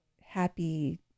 happy